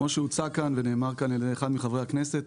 כמו שהוצג כאן ונאמר על ידי אחד מחברי הכנסת,